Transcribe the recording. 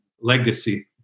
legacy